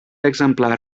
exemplar